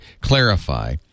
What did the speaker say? clarify